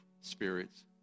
spirits